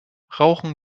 rauchen